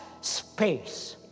space